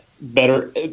better